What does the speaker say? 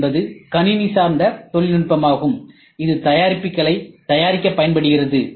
C என்பது கணினி சார்ந்த தொழில்நுட்பமாகும் இது தயாரிப்புகளை தயாரிக்க பயன்படுகிறது